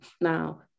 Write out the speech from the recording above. Now